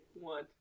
One